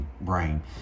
brain